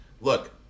Look